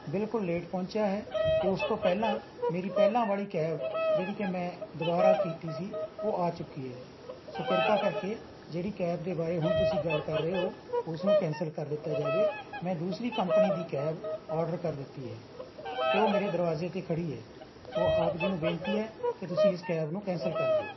ਬਿਲੁਕਲ late ਪਹੁੰਚਿਆ ਹੈ ਅਤੇ ਉਸ ਤੋਂ ਪਹਿਲਾਂ ਮੇਰੀ ਪਹਿਲਾਂ ਵਾਲੀ ਕੈਬ ਜਿਹੜੀ ਕਿ ਮੈਂ ਦੁਬਾਰਾ ਕੀਤੀ ਸੀ ਉਹ ਆ ਚੁੱਕੀ ਹੈ ਸੋ ਕਿਰਪਾ ਕਰਕੇ ਜਿਹੜੀ ਕੈਬ ਦੇ ਬਾਰੇ ਹੁਣ ਤੁਸੀਂ ਗੱਲ ਕਰ ਰਹੇ ਹੋ ਉਸ ਨੂੰ ਕੈਂਸਲ ਕਰ ਦਿੱਤਾ ਜਾਵੇ ਮੈਂ ਦੂਸਰੀ ਕੰਪਨੀ ਦੀ ਕੈਬ ਆਰਡਰ ਕਰ ਦਿੱਤੀ ਹੈ ਅਤੇ ਉਹ ਮੇਰੇ ਦਰਵਾਜ਼ੇ 'ਤੇ ਖੜ੍ਹੀ ਹੈ ਸੋ ਆਪ ਜੀ ਨੂੰ ਬੇਨਤੀ ਹੈ ਕਿ ਤੁਸੀਂ ਇਸ ਕੈਬ ਨੂੰ ਕੈਂਸਲ ਕਰ ਦਿਓ